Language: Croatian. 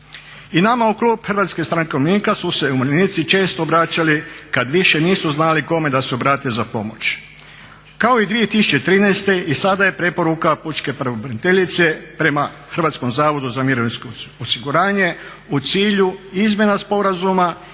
I nama u klubu HSU-a su se umirovljenici često obraćali kad više nisu znali kome da se obrate za pomoć. Kao i 2013. i sada je preporuka pučke pravobraniteljice prema Hrvatskom zavodu za mirovinsko osiguranje u cilju izmjena sporazuma